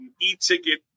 e-ticket